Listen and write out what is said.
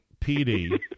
PD